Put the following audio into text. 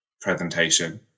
presentation